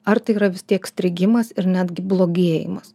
ar tai yra vis tiek strigimas ir netgi blogėjimas